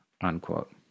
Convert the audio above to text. Unquote